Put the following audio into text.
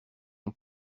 ont